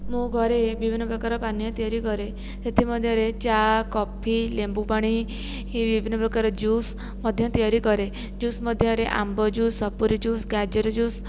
ମୁଁ ଘରେ ବିଭିନ୍ନ ପ୍ରକାର ପାନୀୟ ତିଆରି କରେ ସେଥିମଧ୍ୟରେ ଚା' କଫି ଲେମ୍ବୁପାଣି କି ବିଭିନ୍ନପ୍ରକାର ଜୁସ୍ ମଧ୍ୟ ତିଆରି କରେ ଜୁସ୍ ମଧ୍ୟରେ ଆମ୍ବ ଜୁସ୍ ସପୁରି ଜୁସ୍ ଗାଜର ଜୁସ୍